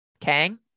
Kang